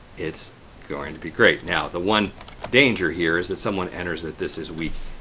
it's going to be great. now, the one danger here is that someone enters that this is we